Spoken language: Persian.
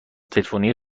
تلفنی